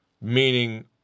meaning